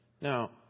Now